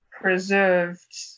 preserved